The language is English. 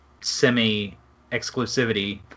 semi-exclusivity